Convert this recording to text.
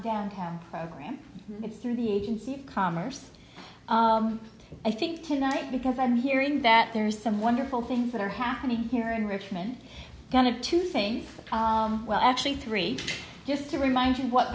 downtown program it's through the agency of commerce i think tonight because i'm hearing that there are some wonderful things that are happening here in richmond kind of two things well actually three just to remind you what